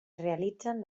realitzen